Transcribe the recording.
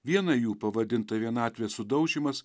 vieną jų pavadinta vienatvės sudaužymas